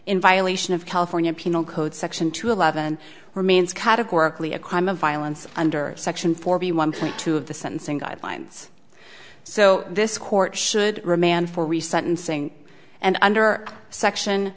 in violation of california penal code section two eleven remains categorically a crime of violence under section four b one point two of the sentencing guidelines so this court should remand for re sentencing and under section